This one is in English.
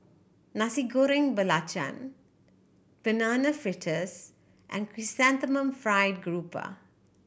Nasi Goreng Belacan Banana Fritters and Chrysanthemum Fried Grouper